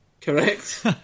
Correct